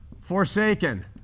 forsaken